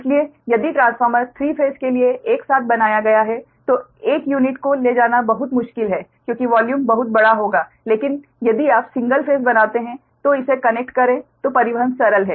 इसलिए यदि transformer 3 phase के लिए एक साथ बनाया गया है तो एक यूनिट को ले जाना बहुत मुश्किल है क्योंकि वॉल्यूम बहुत बड़ा होगा लेकिन यदि आप सिंगल फेस बनाते हैं और इसे कनेक्ट करें तो परिवहन सरल है